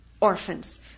orphans